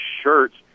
shirts